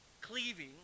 cleaving